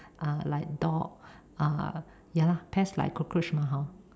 uh like dogs uh ya lah pests like cockroach lah hor